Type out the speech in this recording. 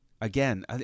again